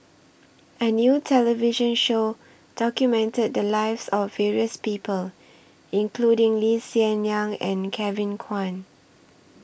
A New television Show documented The Lives of various People including Lee Hsien Yang and Kevin Kwan